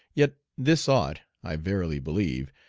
yet this ought, i verily believe,